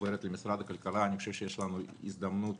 עוברת למשרד הכלכלה יש לנו הזדמנות